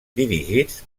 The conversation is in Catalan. dirigits